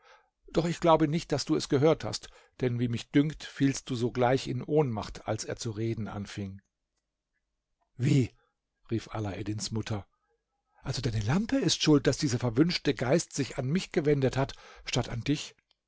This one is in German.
doch ich glaube nicht daß du es gehört hast denn wie mich dünkt fielst du sogleich in ohnmacht als er zu reden anfing wie rief alaeddins mutter also deine lampe ist schuld daß dieser verwünschte geist sich an mich gewendet hat statt an dich